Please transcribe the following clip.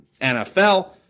NFL